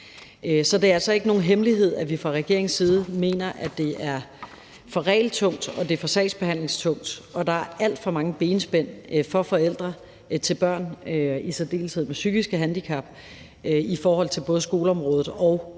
Så det er altså ikke nogen hemmelighed, at vi fra regeringens side mener, at det er for regeltungt og for sagsbehandlingstungt, og at der er alt for mange benspænd for forældre til børn med i særdeleshed psykiske handicap i forhold til både skoleområdet og